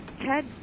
Ted